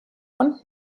und